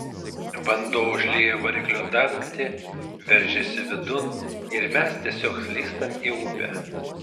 vanduo užlieja variklio dangtį veržiasi vidun ir mes tiesiog slystam į upę